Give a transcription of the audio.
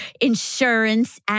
insurance